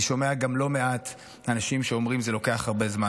אני שומע גם לא מעט אנשים שאומרים: זה לוקח הרבה זמן.